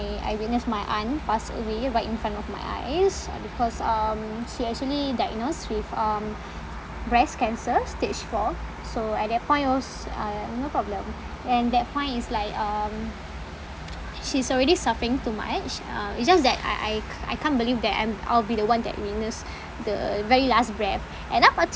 I witnessed my aunt passed away right in front of my eyes uh because um she actually diagnosed with um breast cancer stage four so at that point I was uh no problem and that point is like um she's already suffering too much uh it's just that I I ca~ I can't believe I'm I'll be the one that witness the very last breath and up until